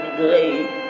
great